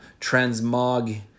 transmog